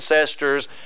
ancestors